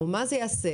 או מה זה יעשה?